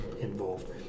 involved